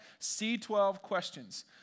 C12Questions